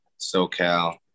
SoCal